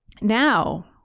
now